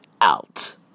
out